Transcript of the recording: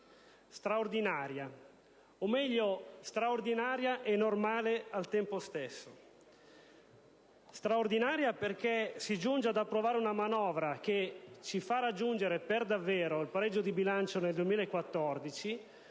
straordinaria, o meglio straordinaria e normale al tempo stesso. Straordinaria, perché si giunge ad approvare una manovra che ci fa raggiungere per davvero il pareggio di bilancio nel 2014,